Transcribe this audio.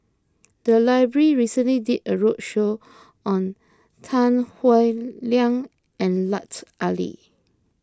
the library recently did a roadshow on Tan Howe Liang and Lut Ali